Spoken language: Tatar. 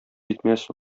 җитмәс